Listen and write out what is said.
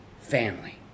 family